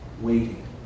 waiting